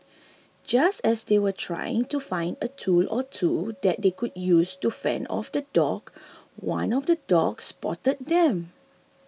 just as they were trying to find a tool or two that they could use to fend off the dog one of the dogs spotted them